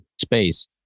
space